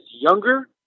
younger